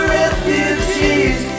refugees